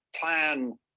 plan